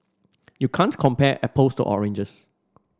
you can't compare apples to oranges